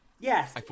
Yes